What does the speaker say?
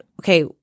okay